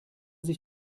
sich